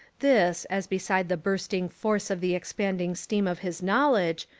this, as beside the bursting force of the expanding steam of his knowledge,